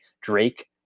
Drake